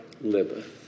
liveth